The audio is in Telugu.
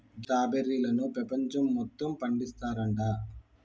గీ స్ట్రాబెర్రీలను పెపంచం మొత్తం పండిస్తారంట